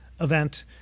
event